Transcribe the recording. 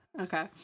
Okay